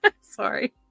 sorry